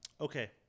Okay